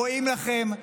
רואים לכם.